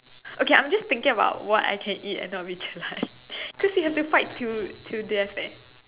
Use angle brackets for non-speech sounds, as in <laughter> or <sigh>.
okay I'm just thinking of about what can I eat and not be jelak <laughs> because you have to fight till till death eh